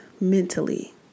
Mentally